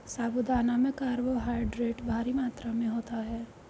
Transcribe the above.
साबूदाना में कार्बोहायड्रेट भारी मात्रा में होता है